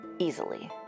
easily